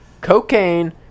cocaine